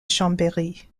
chambéry